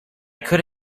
could